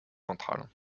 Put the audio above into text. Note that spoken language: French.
central